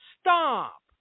Stop